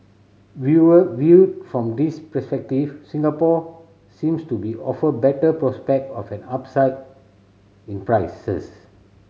viewer viewed from this perspective Singapore seems to be offer better prospect of an upside in prices